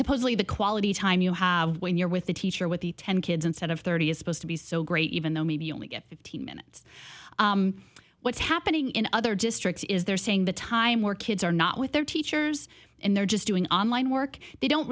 supposedly the quality time you have when you're with the teacher with the ten kids instead of thirty is supposed to be so great even though maybe you only get fifteen minutes what's happening in other districts is they're saying the time or kids are not with their teachers and they're just doing online work they don't